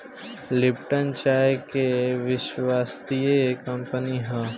Lipton चाय के विश्वस्तरीय कंपनी हअ